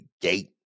gate